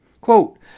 Quote